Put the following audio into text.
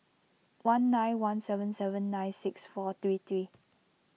one nine one seven seven nine six four three three